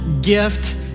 gift